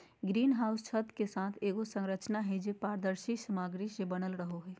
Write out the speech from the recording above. green house छत के साथ एगो संरचना हइ, जे पारदर्शी सामग्री से बनल रहो हइ